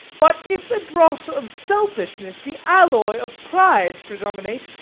but if the dross of selfishness, the alloy of pride, predominate,